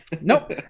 nope